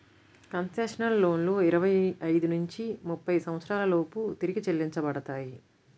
concessional లోన్లు ఇరవై ఐదు నుంచి ముప్పై సంవత్సరాల లోపు తిరిగి చెల్లించబడతాయి